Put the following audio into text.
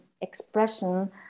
expression